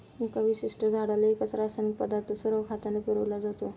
एका विशिष्ट झाडाला एकच रासायनिक पदार्थ सरळ खताद्वारे पुरविला जातो